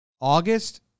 August